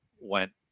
went